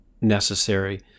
necessary